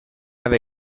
altra